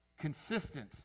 consistent